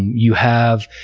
you have